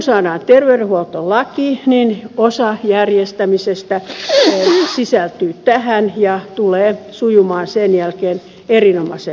kun saadaan terveydenhuoltolaki niin osa järjestämisestä sisältyy tähän ja tulee sujumaan sen jälkeen erinomaisen hyvin